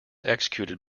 executed